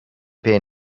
peer